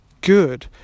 good